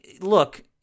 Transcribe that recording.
look